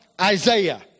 Isaiah